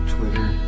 Twitter